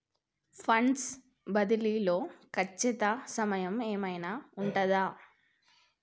Funds బదిలీ లో ఖచ్చిత సమయం ఏమైనా ఉంటుందా?